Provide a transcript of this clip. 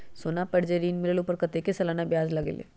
सोना पर ऋण मिलेलु ओपर कतेक के सालाना ब्याज लगे?